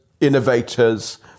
innovators